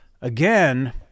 again